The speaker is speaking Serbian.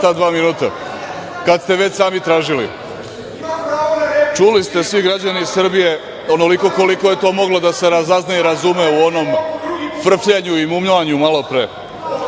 ta dva minuta kada ste već sami tražili. Čuli ste svi građani Srbije onoliko koliko je to moglo da se razazna i razume u onom frfljanju i mumlanju malopre,